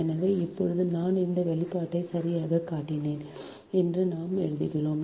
எனவே இப்போது நான் இந்த வெளிப்பாட்டை சரியாகக் காட்டினேன் என்று நாம் எழுதுகிறோம்